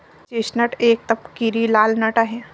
chestnut एक तपकिरी लाल नट आहे